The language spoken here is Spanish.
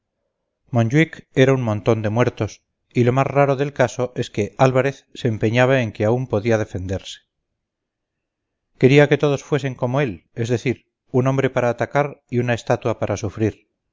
era un montón de muertos y lo más raro del caso es que álvarez se empeñaba en que aún podía defenderse quería que todos fuesen como él es decir un hombre para atacar y una estatua para sufrir